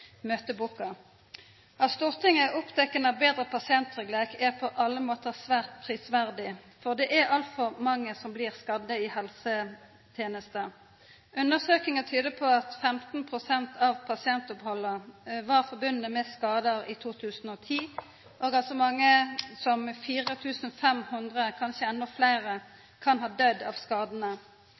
møteboka. At Stortinget er oppteke av betre pasienttryggleik, er på alle måtar svært prisverdig, for det er altfor mange som blir skadde i helsetenesta. Undersøkingar tyder på at 15 pst. av pasientopphalda medførte skadar i 2010, og at så mange som 4 500, kanskje endå fleire, kan ha døydd av